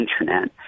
Internet